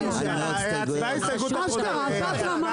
יש ממשלה בישראל בעז"ה.